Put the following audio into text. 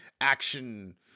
action